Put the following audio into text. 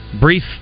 brief